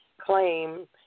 claim